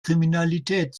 kriminalität